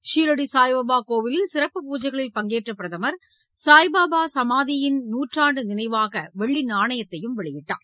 ஷீரடி சாய்பாபா கோவிலில் சிறப்பு பூஜைகளில் பங்கேற்ற பிரதமர் சாய்பாபா சமாதியின் நூற்றாண்டு நினைவாக வெள்ளி நாணயத்தையும் வெளியிட்டார்